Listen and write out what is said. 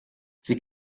sie